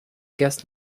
guest